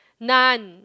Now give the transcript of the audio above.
none